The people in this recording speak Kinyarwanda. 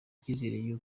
icyizere